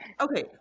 okay